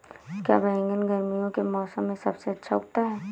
क्या बैगन गर्मियों के मौसम में सबसे अच्छा उगता है?